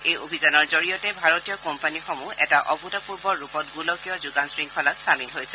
এই অভিয়ানৰ জৰিয়তে ভাৰতীয় কোম্পানীসমূহ এটা অভূতপূৰ্ব ৰূপত গোলকীয় যোগান শৃংখলাত চামিল হৈছে